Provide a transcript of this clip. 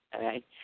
right